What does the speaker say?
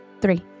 three